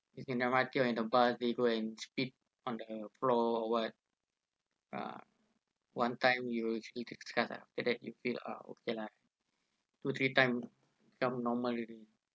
you take M_R_T or the bus they go and spit on the floor or what ah one time you feel disgust ah after that you feel ah okay lah two three time become normal already